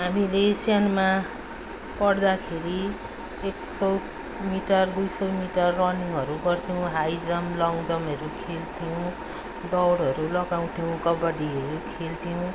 हामीले सानोमा पढ्दाखेरि एक सय मिटर दुई सय मिटर रनिङहरू गर्थ्यौँ हाइजम लङ्जमहरू खेल्थ्यौँ दौडहरू लगाउँथ्यौँ कबड्डीहरू खेल्थ्यौँ